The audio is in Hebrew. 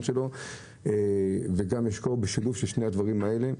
שלו וגם יש קור בשילוב של שני הדברים האלה,